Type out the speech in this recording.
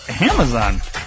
Amazon